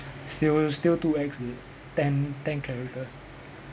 still still too ex already ten ten character